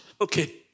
Okay